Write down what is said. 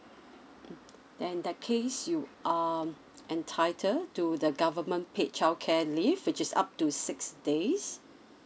mm then in that case you um entitle to the government paid childcare leave which is up to six days